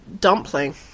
dumpling